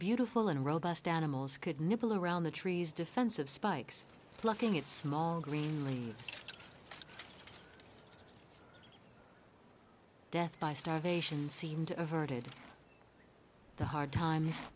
beautiful and robust animals could nibble around the trees defense of spikes plucking it small green leaves death by starvation seemed averted the hard times